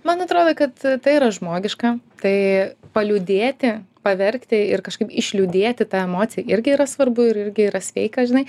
man atrodo kad tai yra žmogiška tai paliūdėti paverkti ir kažkaip išliūdėti tą emociją irgi yra svarbu ir irgi yra sveika žinai